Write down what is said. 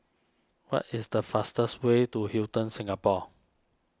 what is the fastest way to Hilton Singapore